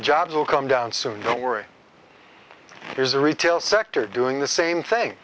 jobs will come down soon don't worry there's a retail sector doing the same thing